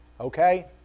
okay